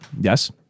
yes